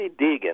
Deegan